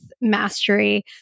mastery